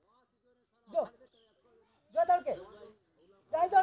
Cross परागण के वृद्धि पर रोक केना होयत?